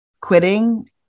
quitting